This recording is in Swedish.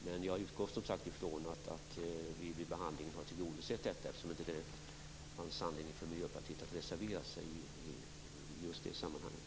Men jag utgår som sagt ifrån att vi vid behandlingen har tillgodosett det eftersom det inte funnits anledning för Miljöpartiet att reservera sig i det sammanhanget.